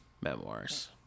memoirs